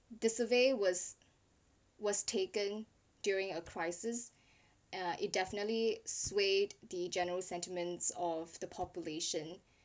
the survey was was taken during a crisis uh it definitely swayed the general sentiments of the population